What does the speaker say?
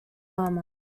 armour